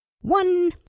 one